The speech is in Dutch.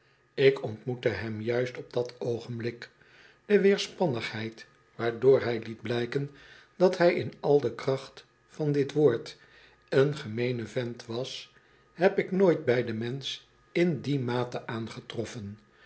ik ontmoette hem juist op dat oogenblik de weerspannigheid waardoor hij liet blijken dat hij in al de kracht van dit woord een gemeene vent was heb ik nooit bij den mensch in die mate aangetroffen